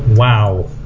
Wow